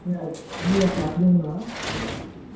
मैयासो लाखिदोंमोन नामा